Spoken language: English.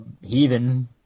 heathen